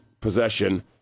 possession